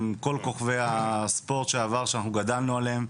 עם כל כוכבי הספורט לשעבר שאנחנו גדלנו עליהם,